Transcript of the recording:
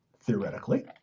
theoretically